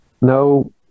no